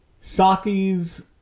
Saki's